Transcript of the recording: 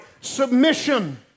Submission